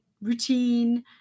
routine